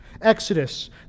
Exodus